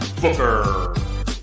Booker